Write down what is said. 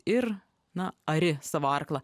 ir na ari savo arklą